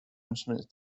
instruments